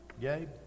Gabe